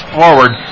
forward